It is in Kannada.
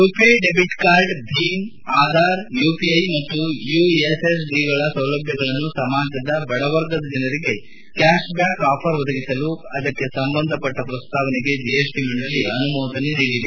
ರುಪೆ ಡೆಬಿಟ್ ಕಾರ್ಡ್ ಭೀಮ್ ಆಧಾರ್ ಯುಪಿಐ ಮತ್ತು ಯುಎಸ್ಎಸ್ಡಿಗಳ ಸೌಲಭ್ಯಗಳನ್ನು ಸಮಾಜದ ಬಡವರ್ಗದ ಜನರಿಗೆ ಕ್ವಾತ್ಬ್ಡಾಕ್ ಆಫರ್ ಒದಗಿಸಲು ಅದಕ್ಕೆ ಸಂಬಂಧಪಟ್ಟ ಪ್ರಸ್ತಾವನೆಗೆ ಜಿಎಸ್ಟಿ ಮಂಡಳಿ ಅನುಮೋದನೆ ನೀಡಿದೆ